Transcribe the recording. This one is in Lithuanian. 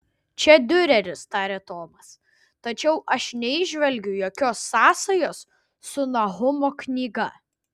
čia diureris tarė tomas tačiau aš neįžvelgiu jokios sąsajos su nahumo knyga